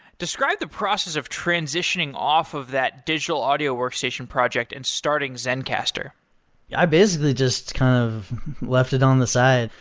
describe the process of transitioning off of that digital audio audio workstation project and starting zencastr yeah i basically just kind of left it on the side.